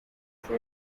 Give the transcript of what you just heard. for